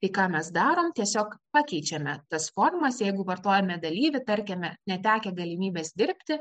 tai ką mes darom tiesiog pakeičiame tas formas jeigu vartojame dalyvį tarkime netekę galimybės dirbti